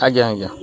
ଆଜ୍ଞା ଆଜ୍ଞା